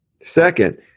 Second